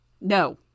No